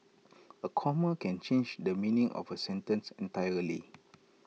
A comma can change the meaning of A sentence entirely